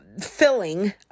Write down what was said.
filling